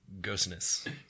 ghostness